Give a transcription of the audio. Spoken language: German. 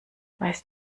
weißt